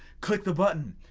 click the button,